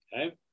okay